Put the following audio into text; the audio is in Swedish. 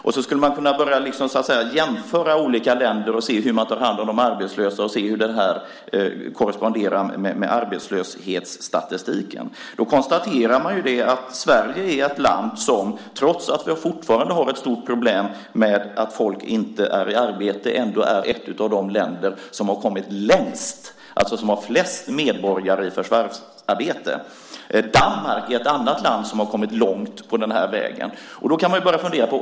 Man skulle kunna jämföra olika länder och se hur man tar hand om de arbetslösa och hur det korresponderar med arbetslöshetsstatistiken. Vi kan konstatera att Sverige, trots att vi fortfarande har ett stort problem med att folk inte är i arbete, är ett av de länder som kommit längst, som har flest medborgare i förvärvsarbete. Ett annat land som kommit långt på den vägen är Danmark.